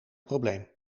probleem